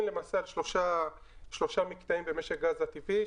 על שלושה מקטעים עיקריים במשק הגז הטבעי: